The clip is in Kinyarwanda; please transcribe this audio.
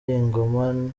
ingoma